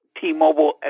T-Mobile